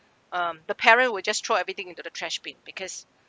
um the parent will just throw everything into the trash bin because